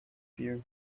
fear